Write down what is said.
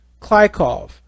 Klykov